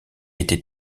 était